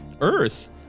Earth